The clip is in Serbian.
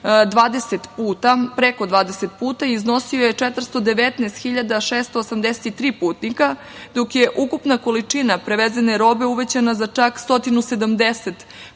za preko 20 puta i iznosio je 419.683 putnika, dok je ukupna količina prevezene robe uvećana za čak 170%, dok